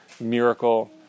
miracle